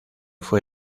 fue